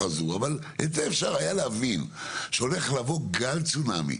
אפשר היה להבין שהולך לבוא גל צונאמי,